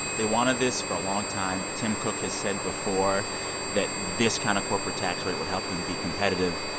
they wanted this for a long time. tim cook has said before that this kind of corporate tax rate would help them be competitive.